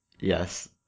Yes